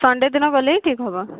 Sunday ଦିନ ଗଲେ ହିଁ ଠିକ୍ ହେବ